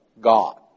God